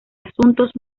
asuntos